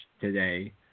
today